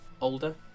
older